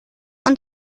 und